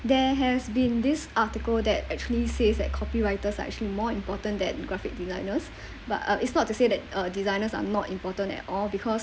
there has been this article that actually says that copywriters are actually more important than graphic designers but uh it's not to say that uh designers are not important at all because